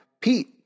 Pete